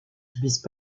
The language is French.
subissent